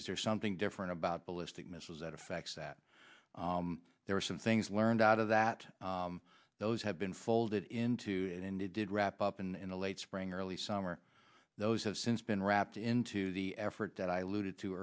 is there something different ballistic missiles that affect that there are some things learned out of that those have been folded into it and it did wrap up in the late spring early summer those have since been wrapped into the effort that i looted t